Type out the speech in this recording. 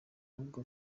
ahubwo